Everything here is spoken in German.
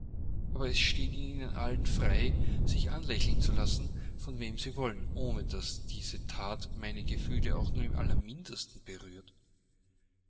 aber es steht ihnen allen frei sich anlächeln zu lassen von wem sie wollen ohne daß diese that meine gefühle auch nur im allermindesten berührt